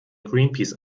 greenpeace